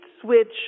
switch